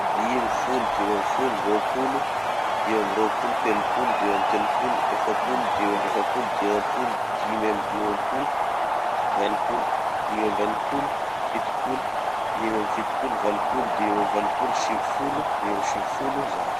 Dimy, folo, dimy amby folo, rôpolo, dimy amby rôpolo, telopolo, dimy amby telopolo, efapolo, dimy amby efapolo, dimam-polo, dimy amby dimam-polo, enim-polo, dimy amby enim-polo, fitopolo, dimy amby fitopolo, valopolo, dimy amby valopolo, sivifolo, dimy amby sivifolo, zato.